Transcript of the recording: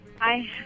Hi